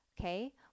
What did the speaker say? Okay